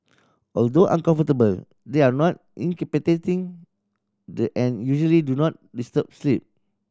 although uncomfortable they are not incapacitating and usually do not disturb sleep